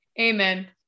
Amen